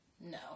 No